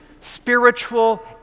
spiritual